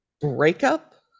breakup